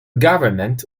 government